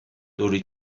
دوریتوی